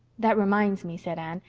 that reminds me, said anne,